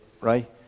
right